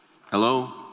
Hello